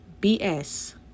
BS